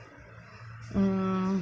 mm